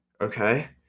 okay